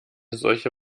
solche